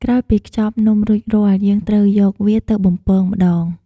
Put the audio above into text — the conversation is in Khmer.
ក្រោយពីខ្ចប់នំរួចរាល់ យើងត្រូវយកវាទៅបំពងម្ដង។